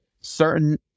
certain